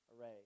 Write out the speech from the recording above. array